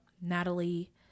Natalie